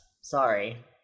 sorry